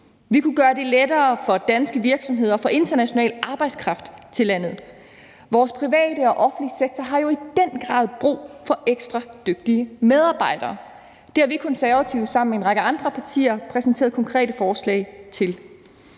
Vi kunne gøre lettere for danske virksomheder at få international arbejdskraft til landet. Vores private og offentlige sektor har jo i den grad brug for ekstra dygtige medarbejdere. Det har Konservative sammen med en række andre partier præsenteret konkrete forslag til.